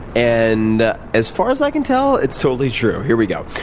and as far as i can tell, it's totally true. here we go.